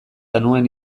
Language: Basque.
anuen